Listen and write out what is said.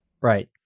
Right